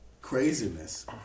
Craziness